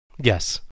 Yes